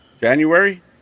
January